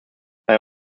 beim